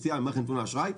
יציאה ממערכת נתוני אשראי,